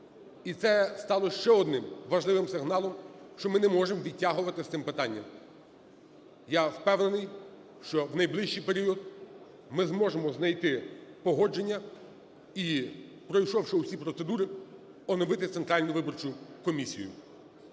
і це стало ще одним важливим сигналом, що ми не можемо відтягувати з цим питанням. Я впевнений, що у найближчий період ми зможемо знайти погодження і, пройшовши всі процедури, оновити Центральну виборчу комісію.